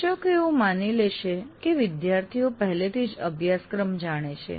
શિક્ષકો એવું માની લેશે કે વિદ્યાર્થીઓ પહેલાથી જ અભ્યાસક્રમ જાણે છે